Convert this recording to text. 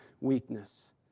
weakness